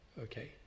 okay